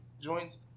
joints